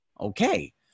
Okay